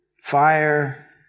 fire